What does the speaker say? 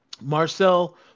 Marcel